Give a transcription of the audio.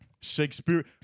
Shakespeare